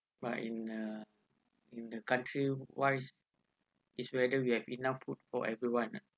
but in uh in the country wise is whether we have enough food for everyone ah